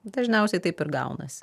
dažniausiai taip ir gaunasi